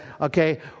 okay